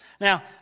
Now